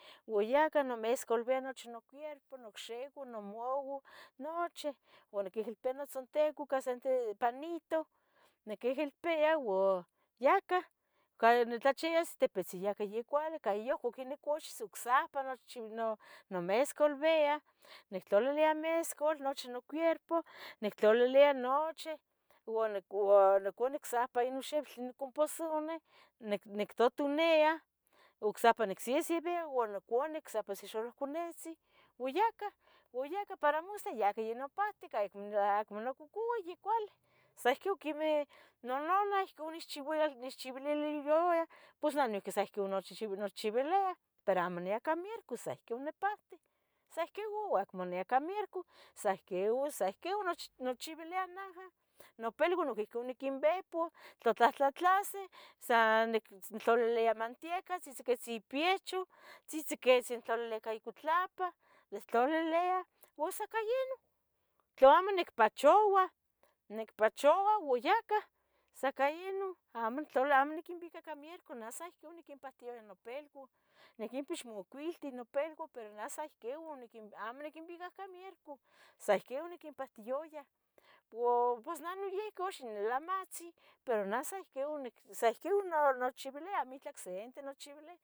ua yahca nomescualbia nochi noielpa, nocxihua, nomaua, nochih ua niquihilpia notzonteco ica sente panito, niquihilpia ua yahca cuando nitlachias tipitzin yahca yacuali, caniyuhco nicuchis ocsepa nochi nomescualbia nictlalilia mescual nochi nocuierpo, nictlalilia nochih uan nicu ua nicuni ocsepa noxibitl nocomposonih, nic nictutuniah, ocsipa nicsesebia ua nicuni ocsipa itch se xalohconetzin ua yahca ua yahca para mostla yahca ino pahtic acmo acmo nomocucua ya cuali. Sa ihcon quemeh nononah ihcon onechi onechchibililih in loria pos neh sa noihqui nochchi nechchibiliah, pero amo nia cah miercus, sa ihqui onipahtic, sa ihqui ua amo nia cah mierco, sa ihqui ua sa ihqui nechchibilia naha. Nopilua noiqui ohcon oniquinbepu, tla tlahtlatlasih sa nic nquintlalilia mantieca, tzocotzin piecho, tzohtzocotzi intlalilia icuitlapa, nictlaliliah, ua sa ica yeh ino, tlacamo nicpachoua, nicpachouah ua yahca, sa ica ino, amo nictlal, amo nicquiuica iua mierco, neh sa ohcon niquimpatia no pilua. Niquimpix macuiteh nopilua, pero neh sa ihqui oniquim amo niquinuica icah mierco, sa ihquin oniquinpahtoyoyah. Po pos neh noiqui uxa nilamatzi, pero neh sa ihquin, unic sa ihquin nechchibilia amo itlah ocsente